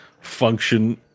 function